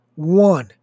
One